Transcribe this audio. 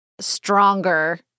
stronger